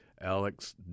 Alex